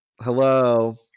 Hello